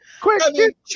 Quick